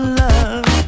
love